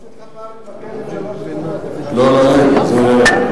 יש מקל עם שלושה קצוות, לא לא, אין.